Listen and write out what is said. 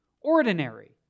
ordinary